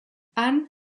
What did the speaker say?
han